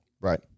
Right